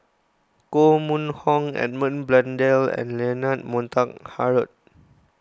Koh Mun Hong Edmund Blundell and Leonard Montague Harrod